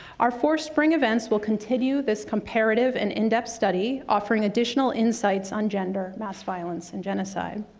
our four spring events will continue this comparative and in-depth study, offering additional insights on gender, mass violence, and genocide,